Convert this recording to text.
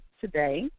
today